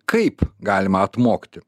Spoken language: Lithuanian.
kaip galima atmokti